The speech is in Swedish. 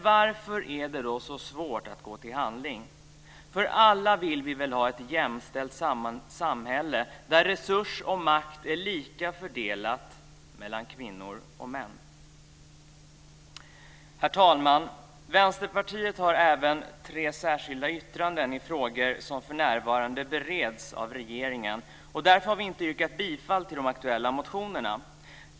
Varför är det då så svårt att gå till handling? Alla vill vi väl ha ett jämställt samhälle där resurs och makt är lika fördelat mellan kvinnor och män? Herr talman! Vänsterpartiet har även tre särskilda yttranden i frågor som för närvarande bereds av regeringen, och därför har vi inte yrkat bifall till de aktuella motionerna.